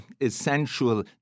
essential